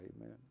Amen